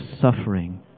suffering